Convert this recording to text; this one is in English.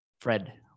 Fred